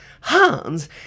Hans